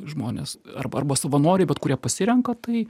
žmonės arba savanoriai bet kurie pasirenka tai